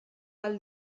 ahal